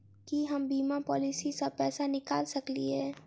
की हम बीमा पॉलिसी सऽ पैसा निकाल सकलिये?